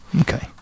Okay